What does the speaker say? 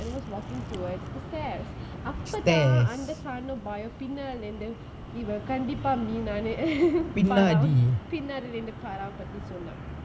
was walking towards the stairs அப்பத்தா அந்த:appathaa andha sun um boy um பின்னாலிந்து இவ கண்டிப்பா:pinnaalinthu iva kandippaa meena பின்னாடி நிண்டு:pinnaadi nindu paarava பத்தி சொன்னா:patthi sonna